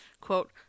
Quote